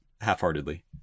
half-heartedly